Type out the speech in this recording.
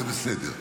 זה בסדר.